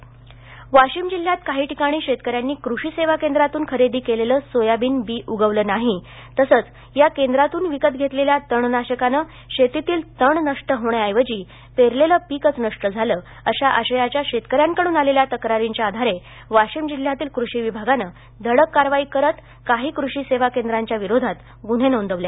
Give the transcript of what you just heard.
बंद वाशिम जिल्ह्यात काही ठिकाणी शेतकऱ्यांनी कृषी सेवा केंद्रातून खरेदी केलेले सोयाबीन बी उगवले नाही तसेच या केंद्रातून विकत घेतलेल्या तणनाशकाने शेतीतील तण नष्ट होण्या ऐवजी पेरलेले पीक नष्ट झाले अशा आशयाच्या शेतकऱ्यांकडून आलेल्या तक्रारीच्या आधारे वाशिम जिल्ह्यातील कृषी विभागाने धडक कार्यवाही करीत काही कृषी सेवा केंद्राच्या विरोधात गुन्हे नोंदविले